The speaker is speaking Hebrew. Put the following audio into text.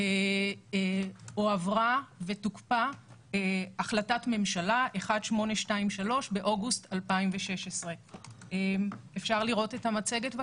הועברה החלטת ממשלה 1823 באוגוסט 2016.(מתחילה להציג מצגת).